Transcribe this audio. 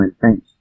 Thanks